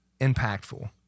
impactful